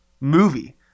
movie